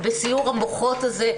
בסיעור המוחות הזה,